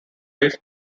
raise